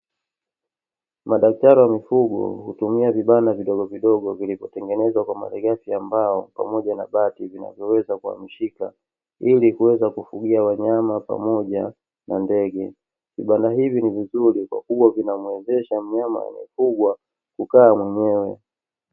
Madaktari wa mifugo hutumia vibanda vidogo vidogo vilivotengenezwa kwa malighafi ya mbao pamoja na bati zinazoweza kuhamishika ili kuweza kufugia wanyama pamoja na ndege. Vibanda hivi ni vizuri kwa kuwa vinamuwezesha mnyama anayefugwa kukaa mwenyewe.